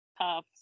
tough